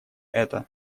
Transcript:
это